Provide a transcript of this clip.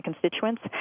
constituents